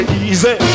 easy